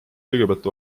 kõigepealt